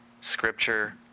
Scripture